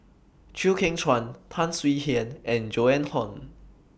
Chew Kheng Chuan Tan Swie Hian and Joan Hon